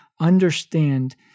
understand